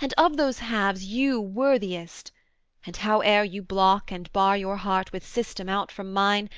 and of those halves you worthiest and howe'er you block and bar your heart with system out from mine,